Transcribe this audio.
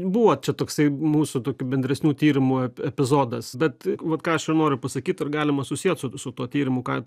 buvo čia toksai mūsų tokių bendresnių tyrimų epi epizodas bet vat ką aš ir noriu pasakyt ir galima susiet su su tuo tyrimu ką